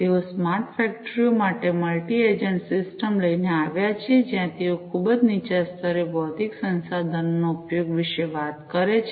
તેઓ smart factory ઓ માટે મલ્ટી એજન્ટ સિસ્ટમ લઈને આવ્યા છે જ્યાં તેઓ ખૂબ જ નીચેના સ્તરે ભૌતિક સંસાધનોના ઉપયોગ વિશે વાત કરે છે